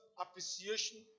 appreciation